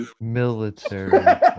Military